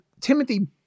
Timothy